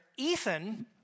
Ethan